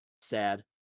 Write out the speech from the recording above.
sad